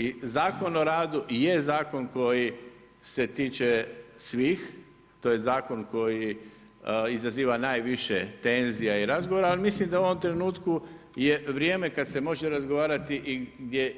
I Zakon o radu je zakon koji se tiče svih, to je zakon koji izaziva najviše tenzija i razgovora, ali mislim da u ovom trenutku je vrijeme kada se može razgovarati